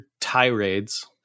tirades